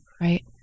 right